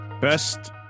Best